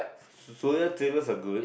suria tables are good